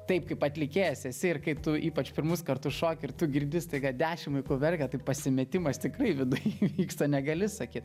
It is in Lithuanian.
taip kaip atlikėjas esi ir kai tu ypač pirmus kartus šoki ir tu girdi staiga dešim vaikų verkia tai pasimetimas tikrai viduj vyksta negali sakyt